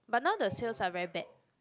but now the sales are very bad